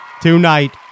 Tonight